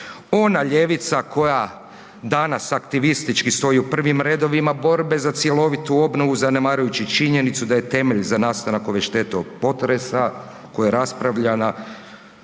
Ona ljevica koja danas aktivistički stoji u prvim redovima borbe za cjelovitu obnovu, zanemarujući činjenicu da je temelj za nastanak ove štete od potresa koja je raspravljana